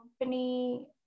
company